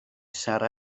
sarra